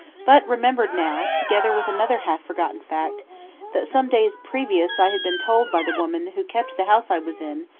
but remembered now, together with another half-forgotten fact that some days previous i had been told by the woman who kept the house i was in,